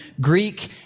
Greek